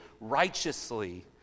righteously